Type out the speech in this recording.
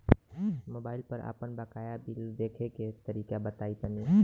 Mobile पर आपन बाकाया बिल देखे के तरीका बताईं तनि?